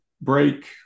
break